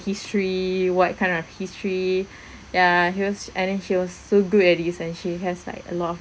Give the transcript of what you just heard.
history what kind of history yeah he was I think she was so good at these and she has like a lot of